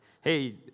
hey